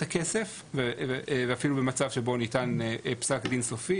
הכסף ואפילו מצב שבו ניתן פסק דין סופי,